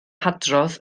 hadrodd